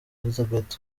elizabeth